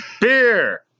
Beer